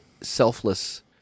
selfless